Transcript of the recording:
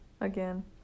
again